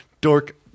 dork